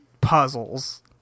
puzzles